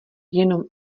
jenom